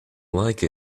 like